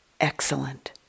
excellent